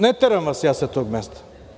Ne teram vas ja sa tog mesta.